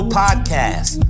podcast